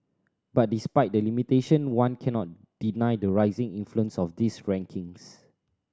but despite the limitation one cannot deny the rising influence of these rankings